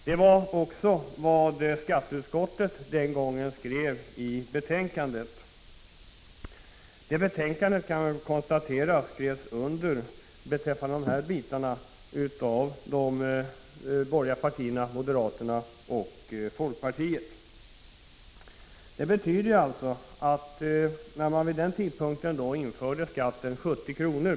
Det var också vad skatteutskottet den gången skrev i betänkandet, som vad beträffar dessa avsnitt skrevs under av moderaterna och folkpartiet. När man vid den tidpunkten införde skatten 70 kr.